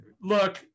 Look